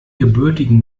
gebürtigen